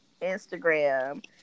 Instagram